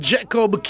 Jacob